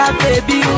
baby